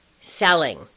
Selling